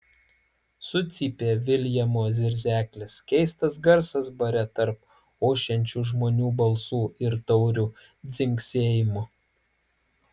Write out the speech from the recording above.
sucypė viljamo zirzeklis keistas garsas bare tarp ošiančių žmonių balsų ir taurių dzingsėjimo